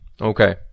Okay